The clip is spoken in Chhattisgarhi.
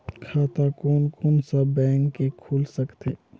खाता कोन कोन सा बैंक के खुल सकथे?